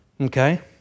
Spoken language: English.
okay